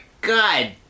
God